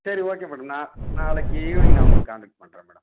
சரி okay madam நான் நாளைக்கு ஈவ்னிங் நான் உங்களை காண்டேக்ட் பண்ணுறேன் மேடம்